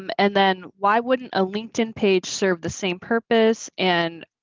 um and then why wouldn't a linkedin page serve the same purpose? and,